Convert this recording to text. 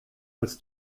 als